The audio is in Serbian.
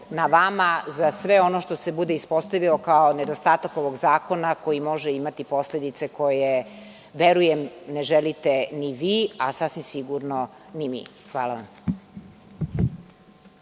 na vama za sve ono što se bude ispostavilo kao nedostatak ovog zakona koji može imati posledice koje, verujem, ne želite ni vi, a sasvim sigurno ni mi. Hvala vam.